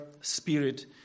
spirit